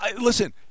listen